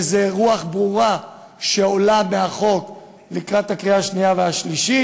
וזו רוח ברורה שעולה מהחוק לקראת הקריאה השנייה והשלישית,